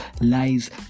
lies